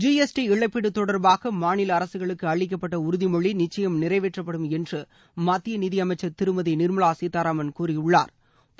G S T இழப்பீடு தொடர்பாக மாநில அரசுகளுக்கு அளிக்கப்பட்ட உறுதிமொழி நிச்சயம் நிறைவேற்றப்படும் என்று மத்திய நிதி அமைச்சர் திருமதி நிர்மலா சீத்தாராமன் கூறியுள்ளாா்